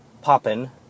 Poppin